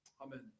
Amen